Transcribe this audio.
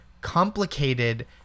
complicated